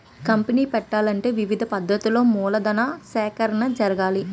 company పెట్టాలంటే వివిధ పద్ధతులలో మూలధన సేకరణ జరగాలి